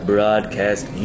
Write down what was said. Broadcast